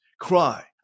cry